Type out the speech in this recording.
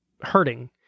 hurting